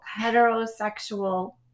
heterosexual